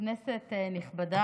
כבוד היושבת-ראש, כנסת נכבדה,